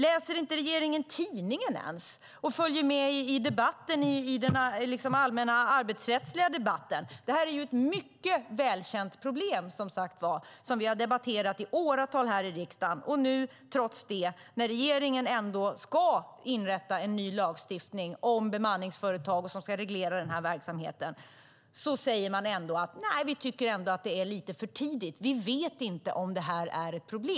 Läser regeringen inte tidningen och följer med i den allmänna arbetsrättsliga debatten? Det här är som sagt ett välkänt problem som vi har debatterat i åratal i riksdagen. När regeringen nu ska införa en ny lagstiftning som ska reglera bemanningsföretagens verksamhet på detta område säger man ändå: Vi tycker nog att det är lite för tidigt, och vi vet inte om det är ett problem.